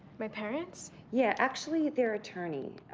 my parents? yeah, actually, their attorney.